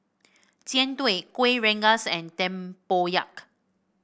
Jian Dui Kuih Rengas and Tempoyak